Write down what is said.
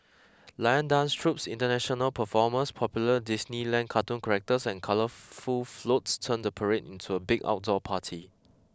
lion dance troupes international performers popular Disneyland cartoon characters and colourful floats turn the parade into a big outdoor party